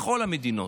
מכל המדינות.